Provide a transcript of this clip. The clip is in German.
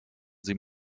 sie